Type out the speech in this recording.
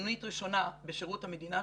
סנונית ראשונה בשירות המדינה,